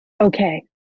Okay